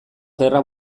gerra